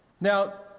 Now